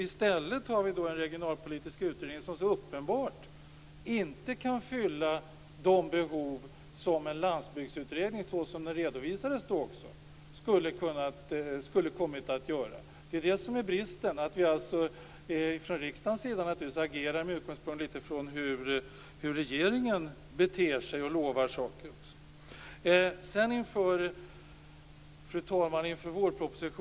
I stället finns det en regionalpolitisk utredning som så uppenbart inte kan fylla de behov som en landsbygdsutredning skulle ha kunnat göra. Bristen är att riksdagen agerar med utgångspunkt i hur regeringen beter sig. Fru talman!